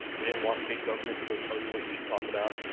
we didn't want big government to go tell you what you should talk about.